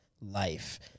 life